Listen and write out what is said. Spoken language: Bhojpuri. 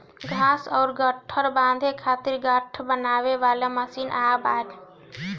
घाँस कअ गट्ठर बांधे खातिर गट्ठर बनावे वाली मशीन आ गइल बाटे